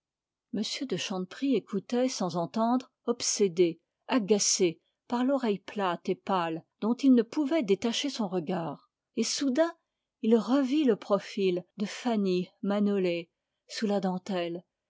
de chanteprie écoutait sans entendre obsédé agacé par l'oreille plate et pâle dont il ne pouvait détacher son regard et soudain il revit le profil de fanny manolé sous la dentelle